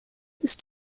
ist